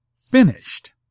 finished